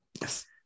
Yes